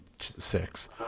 six